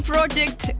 Project